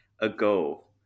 ago